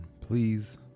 please